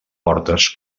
portes